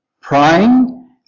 praying